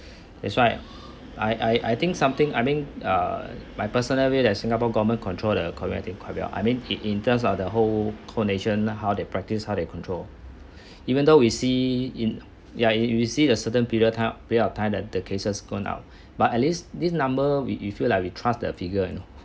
that's why I I I think something I mean err my personal view that singapore government control the COVID nineteen quite well I mean in terms of the whole co-nation how they practice how to control even though we see in ya we see a certain period of time period of time that the cases gone out but at least this number will you feel like we trust the figure you know